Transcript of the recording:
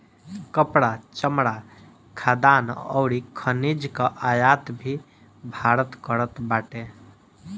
कपड़ा, चमड़ा, खाद्यान अउरी खनिज कअ आयात भी भारत करत बाटे